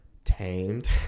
Tamed